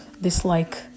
dislike